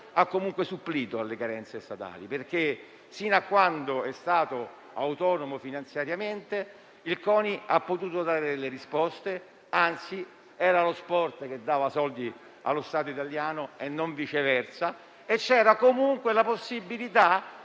ha comunque supplito alle carenze statali, perché fino a quando è stato autonomo finanziariamente, ha potuto dare delle risposte, anzi era lo sport che dava soldi allo Stato italiano e non viceversa, e c'era comunque la possibilità,